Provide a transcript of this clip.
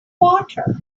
water